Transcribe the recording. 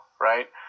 right